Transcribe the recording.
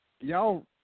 y'all